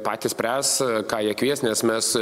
patys spręs ką jie kvies nes mes